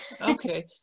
okay